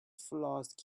flask